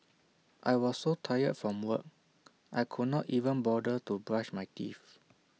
I were so tired from work I could not even bother to brush my teeth